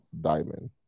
diamond